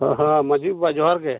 ᱦᱮᱸ ᱦᱮᱸ ᱢᱟᱺᱡᱷᱤ ᱵᱟᱵᱟ ᱡᱚᱦᱟᱨ ᱜᱮ